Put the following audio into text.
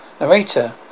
Narrator